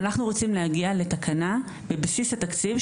אנחנו רוצים להגיע לתקנה בבסיס התקציב,